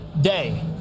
day